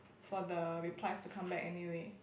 for the replies to come back anyway